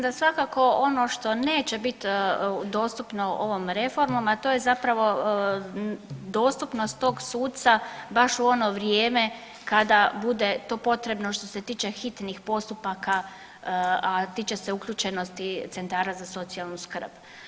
Pa mislim da svakako ono što neće bit dostupno ovom reformom, a to je zapravo dostupnost tog suca baš u ono vrijeme kada bude to potrebno što se tiče hitnih postupaka, a tiče se uključenosti centara za socijalnu skrb.